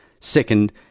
second